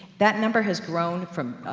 that number has grown from, ah,